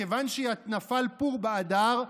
"כיוון שנפל פור באדר,